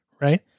right